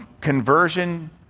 conversion